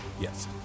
Yes